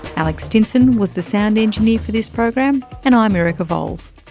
alex stinson was the sound engineer for this program and i'm erica vowles,